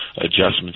adjustments